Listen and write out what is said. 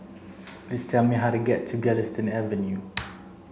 please tell me how to get to Galistan Avenue